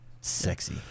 sexy